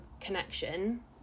connection